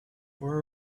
were